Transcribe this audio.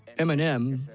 eminem,